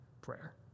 prayer